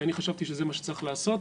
כי אני חשבתי שזה מה שצריך לעשות,